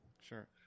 sure